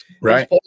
right